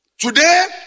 Today